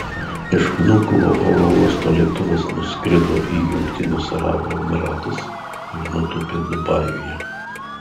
iš vnukovo oro uosto lėktuvas nuskrido į jungtinius arabų emyratus ir nutūpė dubajuje